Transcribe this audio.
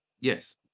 Yes